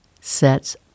sets